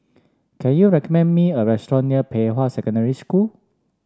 can you recommend me a restaurant near Pei Hwa Secondary School